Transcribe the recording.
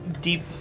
deep